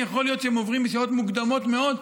יכול להיות שהם עוברים בשעות מוקדמות מאוד,